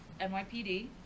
NYPD